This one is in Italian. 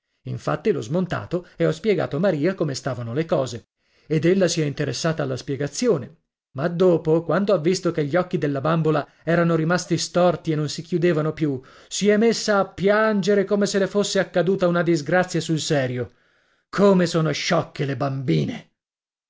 infatti l'ho smontato e ho spiegato a maria come stavano le cose ed ella si è interessata alla spiegazione ma dopo quando ha visto che gli occhi della bambola erano rimasti storti e non si chiudevano più si è messa a piangere come se le fosse accaduta una disgrazia sul serio come sono sciocche le bambine